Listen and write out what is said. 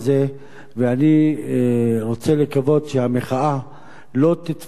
ואני רוצה לקוות שהמחאה לא תתפוס גוון